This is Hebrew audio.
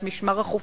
את משמר החופים,